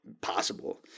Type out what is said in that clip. possible